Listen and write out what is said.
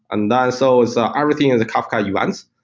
and then so so everything in the kafka events.